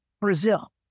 Brazil